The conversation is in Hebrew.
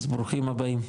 אז ברוכים הבאים.